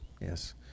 yes